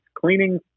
cleaning